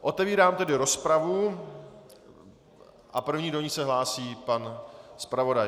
Otevírám tedy rozpravu a první do ní se hlásí pan zpravodaj.